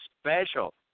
special